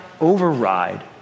override